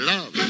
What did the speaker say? Love